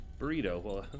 burrito